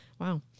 Wow